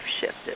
shifted